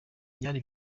byari